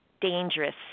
dangerous